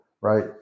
right